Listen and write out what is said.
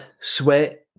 sweat